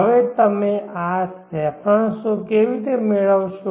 હવે તમે આ રેફરન્સો કેવી રીતે મેળવશો